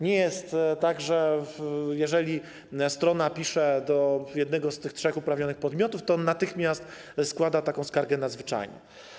Nie jest tak, że jeżeli strona pisze do jednego z tych trzech uprawnionych podmiotów, to ona natychmiast składa taką skargę nadzwyczajną.